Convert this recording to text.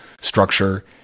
structure